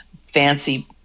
fancy